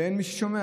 ואין מי ששומע.